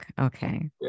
Okay